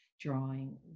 drawing